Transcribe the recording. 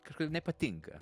kažkodėl nepatinka